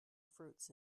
fruits